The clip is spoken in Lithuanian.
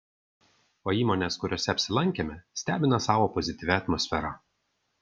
o įmonės kuriose apsilankėme stebina savo pozityvia atmosfera